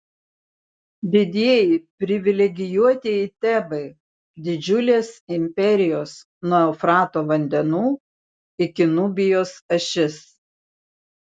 didieji privilegijuotieji tebai didžiulės imperijos nuo eufrato vandenų iki nubijos ašis